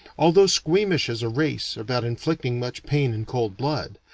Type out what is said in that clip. although squeamish as a race about inflicting much pain in cold blood,